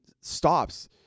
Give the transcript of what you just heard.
stops